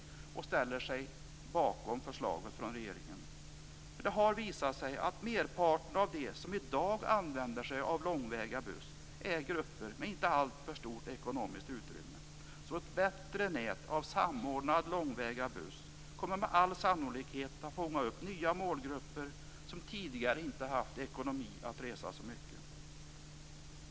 Utskottet ställer sig därför bakom förslaget från regeringen. Det har ju visat sig att merparten av dem som i dag använder sig av långväga buss är grupper med inte alltför stort ekonomiskt utrymme. Ett bättre nät av samordnad långväga buss kommer därför med all sannolikhet att fånga upp nya målgrupper som tidigare inte haft ekonomi att kunna resa så mycket.